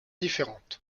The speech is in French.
différente